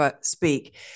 speak